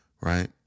Right